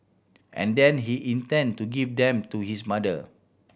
and then he intend to give them to his mother